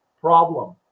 problem